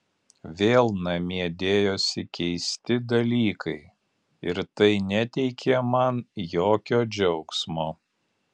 vėl namie dėjosi keisti dalykai ir tai neteikė man jokio džiaugsmo